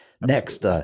Next